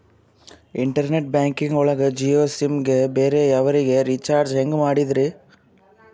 Internet banking ಒಳಗ Jio sim ಗೆ ಬೇರೆ ಅವರಿಗೆ ರೀಚಾರ್ಜ್ ಹೆಂಗ್ ಮಾಡಿದ್ರಿ?